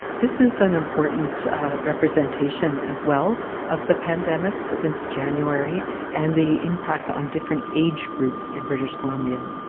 this is an important representation as well of the pandemic since january and the impact on different age groups in british columbia.